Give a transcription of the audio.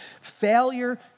Failure